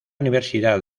universidad